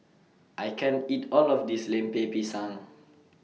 I can't eat All of This Lemper Pisang